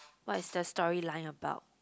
what is the storyline about